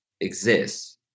exists